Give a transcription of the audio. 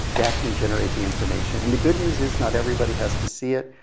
that can generate the information. and the good news is not everybody has to see it.